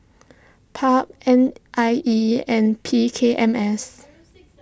Pub N I E and P K M S